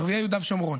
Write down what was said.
ערביי יהודה ושומרון.